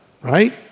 right